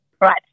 Right